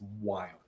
wild